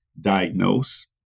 diagnose